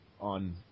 on